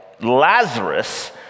Lazarus